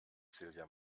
silja